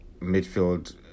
midfield